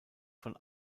von